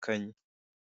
ku buhinzi